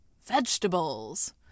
Vegetables